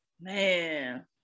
Man